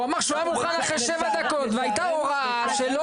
הוא אמר שהוא היה מוכן אחרי 7 דקות והיתה הוראה שלא